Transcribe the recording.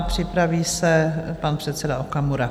Připraví se pan předseda Okamura.